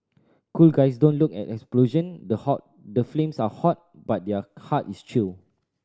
cool guys don't look at explosion the hot the flames are hot but their heart is chilled